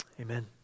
amen